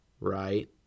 Right